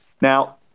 Now